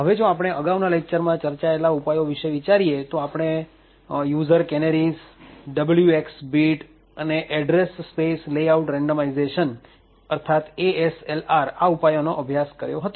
હવે જો આપણે અગાઉના લેક્ચરોમાં ચર્ચાયેલા ઉપાયો વિષે વિચારીએ તો આપણે યુઝર કેનેરીઝ WX બીટ અને એડ્રેસ સ્પેસ લેઆઉટ રેન્ડમાઈઝેશન અર્થાત ASLR આ ઉપાયોનો અભ્યાસ કર્યો હતો